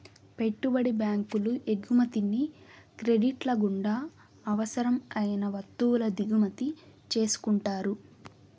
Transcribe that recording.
పెట్టుబడి బ్యాంకులు ఎగుమతిని క్రెడిట్ల గుండా అవసరం అయిన వత్తువుల దిగుమతి చేసుకుంటారు